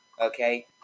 Okay